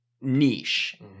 niche